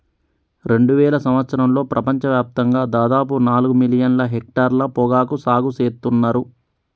రెండువేల సంవత్సరంలో ప్రపంచ వ్యాప్తంగా దాదాపు నాలుగు మిలియన్ల హెక్టర్ల పొగాకు సాగు సేత్తున్నర్